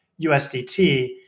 USDT